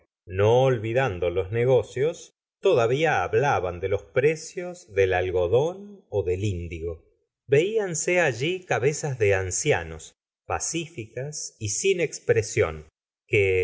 no olvidando los negocios todavía hablaban de los precios del algo dón ó del índigo veíanse allí cabezas de ancianos pacificas y sin expresión que